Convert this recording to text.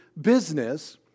business